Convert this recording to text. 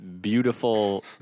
beautiful